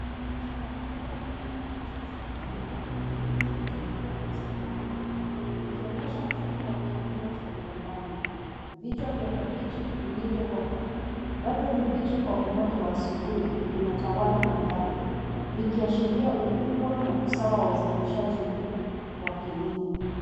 Shamba kubwa lenye kabichi za kijani kibichi zilizopandwa kwa msongamano likionyesha mfumo wa kilimo cha viwandani. Vichwa vya kabichi vilivyokomaa bado vibichi kwa umande wa asubuhi vinatawala mandhari vikiashiria ukubwa na usawa wa uzalishaji mkuu wa kilimo.